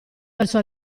verso